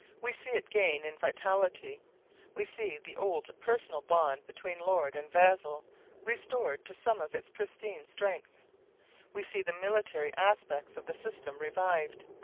we see it gain in vitality we see the old personal bond between lord and vassal restored to some of its pristine strength we see the military aspects of the system revived,